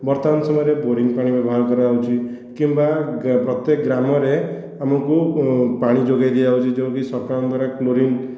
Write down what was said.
ବର୍ତ୍ତମାନ ସମୟରେ ବୋରିଙ୍ଗ ପାଣି ବ୍ୟବହାର କରାଯାଉଛି କିମ୍ବା ପ୍ରତ୍ୟକ ଗ୍ରାମରେ ଆମକୁ ପାଣି ଯୋଗେଇ ଦିଆଯାଉଛି ଯେଉଁକି ସରକାରଙ୍କ ଦ୍ୱାରା କ୍ଳୋରିନ